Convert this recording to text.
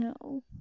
No